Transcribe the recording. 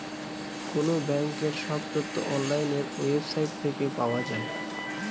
কোনো ব্যাঙ্কের সব তথ্য অনলাইন ওয়েবসাইট থেকে পাওয়া যায়